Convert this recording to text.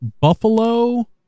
Buffalo